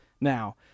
now